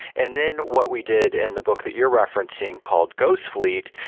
and then what we did in the book that you're referencing called ghost fleet,